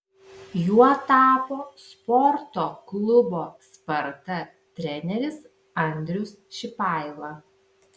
juo tapo sporto klubo sparta treneris andrius šipaila